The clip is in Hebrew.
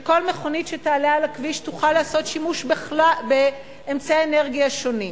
שכל מכונית שתעלה על הכביש תוכל לעשות שימוש באמצעי אנרגיה שונים.